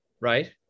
right